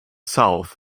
south